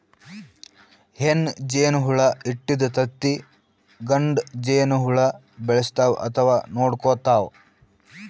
ಹೆಣ್ಣ್ ಜೇನಹುಳ ಇಟ್ಟಿದ್ದ್ ತತ್ತಿ ಗಂಡ ಜೇನಹುಳ ಬೆಳೆಸ್ತಾವ್ ಅಥವಾ ನೋಡ್ಕೊತಾವ್